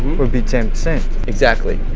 would be ten. exactly.